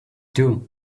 two